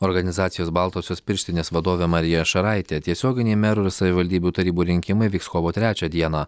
organizacijos baltosios pirštinės vadovė marija šaraitė tiesioginiai merų ir savivaldybių tarybų rinkimai vyks kovo trečią dieną